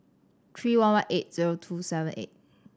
three one one eight zero two seven eight